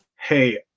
hey